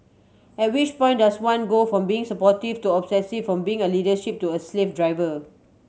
at which point does one go from being supportive to obsessive from being a leadership to a slave driver